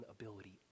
ability